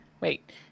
wait